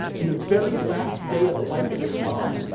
and the very last day of the life of this star,